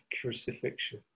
crucifixion